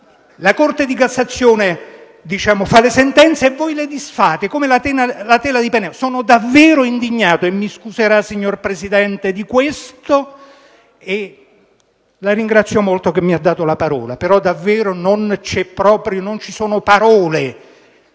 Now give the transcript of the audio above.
La Corte di cassazione fa le sentenze e voi le disfate, come la tela di Penelope. Sono davvero indignato, e mi scuserà, signor Presidente, di ciò. La ringrazio molto per avermi dato la parola, però davvero non ci sono parole: